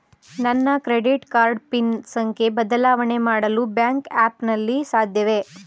ನನ್ನ credit card pin ಸಂಖ್ಯೆ ಬದಲಾವಣೆ ಮಾಡಲು ಬ್ಯಾಂಕ್ ಆ್ಯಪ್ ನಲ್ಲಿ ಸಾಧ್ಯವೇ?